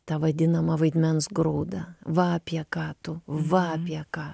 tą vadinamą vaidmens grūdą va apie ką tu va apie ką